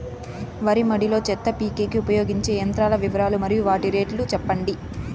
వరి మడి లో చెత్త పీకేకి ఉపయోగించే యంత్రాల వివరాలు మరియు వాటి రేట్లు చెప్పండి?